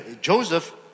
Joseph